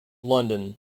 london